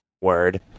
word